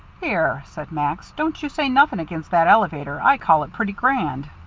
here, said max, don't you say nothing against that elevator. i call it pretty grand.